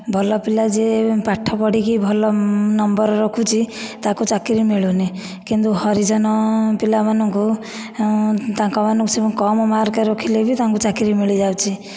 ଭଲ ପିଲା ଯିଏ ପାଠ ପଢ଼ିକି ଭଲ ନମ୍ବର ରଖୁଛି ତାକୁ ଚାକିରି ମିଳୁନି କିନ୍ତୁ ହରିଜନ ପିଲାମାନଙ୍କୁ ତାଙ୍କମାନଙ୍କୁ ସବୁ କମ୍ ମାର୍କ ରଖିଲେବି ତାଙ୍କୁ ଚାକିରି ମିଳିଯାଉଛି